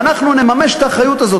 ואנחנו נממש את האחריות הזאת.